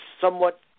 somewhat